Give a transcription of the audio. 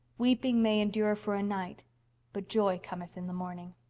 weeping may endure for a night but joy cometh in the morning.